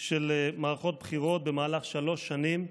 של מערכות בחירות במהלך שלוש שנים,